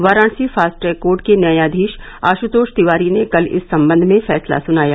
Varanasi fast track court के न्यायाधीश आश्तोष तिवारी ने कल इस संबंध में फैसला सुनाया